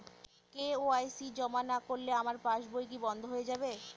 KYC জমা না করলে আমার পাসবই কি বন্ধ হয়ে যাবে?